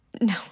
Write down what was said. No